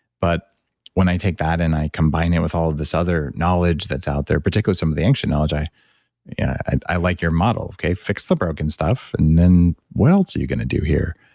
but when i take that and i combine it with all of this other knowledge that's out there, particularly some of the ancient knowledge i and i like your model. fix the broken stuff, and then what else are you going to do here?